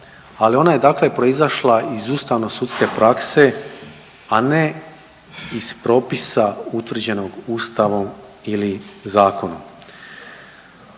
ali ona je dakle proizašla iz ustavno sudske prakse, a ne iz propisa utvrđenog Ustavom ili zakonom.